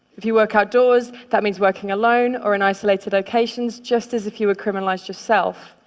if you work outdoors, that means working alone or in isolated locations, just as if you were criminalized yourself.